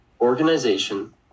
organization